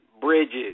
bridges